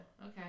Okay